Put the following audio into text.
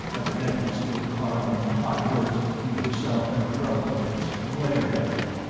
evidently still caught up in the hot words between herself and her relatives, glared at him.